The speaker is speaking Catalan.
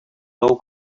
bou